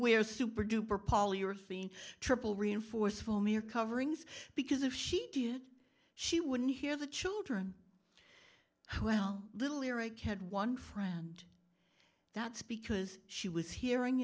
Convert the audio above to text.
wear superduper polyurethane triple reinforced foam ear coverings because if she did she wouldn't hear the children little eric had one friend that's because she was hearing